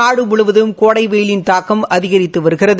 நாடு முழுவதும் கோடை வெய்யிலின் தாக்கம் அதிகரித்து வருகிறது